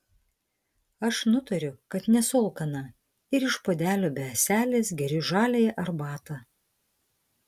aš nutariu kad nesu alkana ir iš puodelio be ąselės geriu žaliąją arbatą